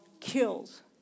kills